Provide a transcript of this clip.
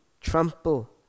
trample